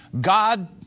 God